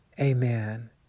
Amen